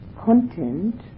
content